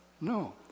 no